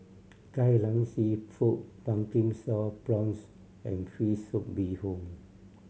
Kai Lan Seafood Pumpkin Sauce Prawns and fish soup bee hoon